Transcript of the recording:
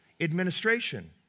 administration